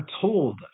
told